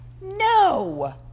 No